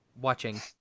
Watching